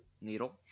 Needle